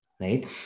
right